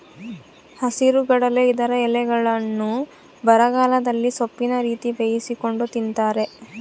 ಹಸಿರುಗಡಲೆ ಇದರ ಎಲೆಗಳ್ನ್ನು ಬರಗಾಲದಲ್ಲಿ ಸೊಪ್ಪಿನ ರೀತಿ ಬೇಯಿಸಿಕೊಂಡು ತಿಂತಾರೆ